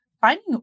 finding